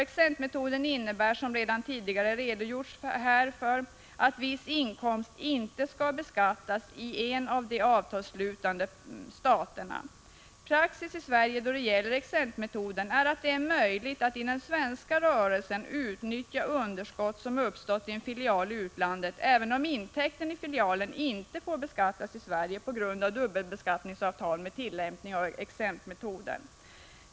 Exemptmetoden innebär, som redan tidigare har sagts, att viss inkomst inte skall beskattas i en av de avtalsslutande staterna. Praxis i Sverige då det gäller exemptmetoden är att det är möjligt att i den svenska rörelsen utnyttja underskott som har uppstått i en filial i utlandet, även om intäkten i filialen inte får beskattas i Sverige på grund av ett dubbelbeskattningsavtal med tillämpning av exemptmetoden.